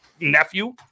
nephew